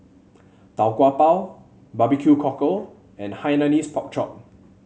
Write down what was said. Tau Kwa Pau Barbecue Cockle and Hainanese Pork Chop